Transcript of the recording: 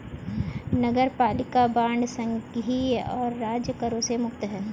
नगरपालिका बांड संघीय और राज्य करों से मुक्त हैं